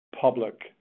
public